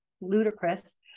ludicrous